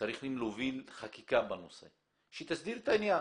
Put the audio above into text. צריכים להוביל חקיקה שתסדיר את העניין.